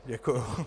Děkuju.